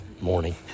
morning